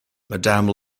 madame